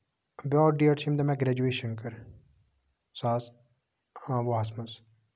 بیاکھ ڈیٹ چھُ ییٚمہِ دۄہ مےٚ گریجویشَن کٔر زٕ ساس وُہَس منٛز